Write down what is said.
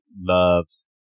loves